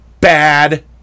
bad